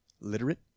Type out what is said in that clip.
literate